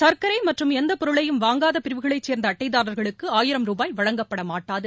சர்க்கரை மற்றும் எந்த பொருளையும் வாங்காத பிரிவுகளைச் சேர்ந்த அட்டைதாரர்களுக்கு ஆயிரம் ரூபாய் வழங்கப்படமாட்டாது